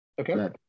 Okay